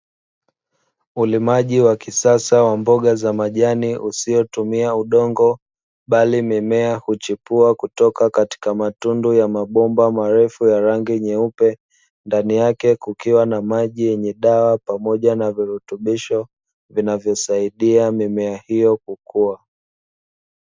Ulimaji wa kisasa wa mboga za majani usiotumia udongo bali mimea huchipua kutoka katika matundu ya mabomba marefu ya rangi nyeupe, ndani yake kukiwa na maji yenye dawa pamoja na virutubisho vinavyosaidia mimea hiyo kukua.